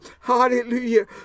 Hallelujah